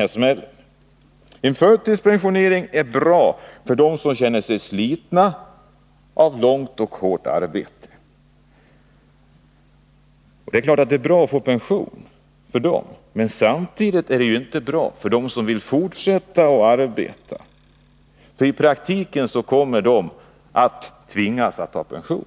Det är klart att förtidspensioneringen är bra för dem som känner sig slitna av långt och hårt arbete, men den är inte bra för dem som vill fortsätta arbeta —och i praktiken kommer de att tvingas ta pension.